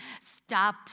stop